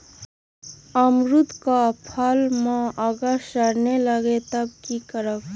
अमरुद क फल म अगर सरने लगे तब की करब?